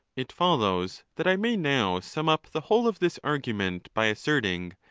it follows that i may now sum up the whole of this argument by asserting,